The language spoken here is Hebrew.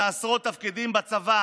כמה שלא הערכנו אותה מספיק בזמן אמת.